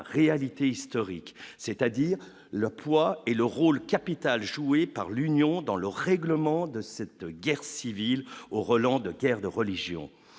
réalité historique, c'est-à-dire le poids et le rôle capital joué par l'Union dans le règlement de cette guerre civile au relent de guerre de religion